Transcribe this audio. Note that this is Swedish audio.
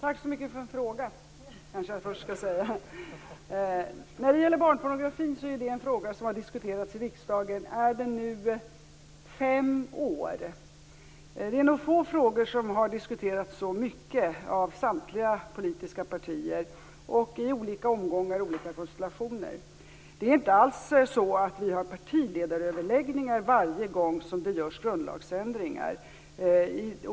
Fru talman! Tack så mycket för en fråga! Barnpornografi har diskuterats i riksdagen i fem år. Det är nog få frågor som har diskuterats så mycket av samtliga politiska partier i olika omgångar och i olika konstellationer. Det är inte så att vi har partiledaröverläggningar varje gång som det görs grundlagsändringar.